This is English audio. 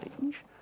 change